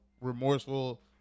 remorseful